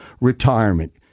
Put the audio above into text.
retirement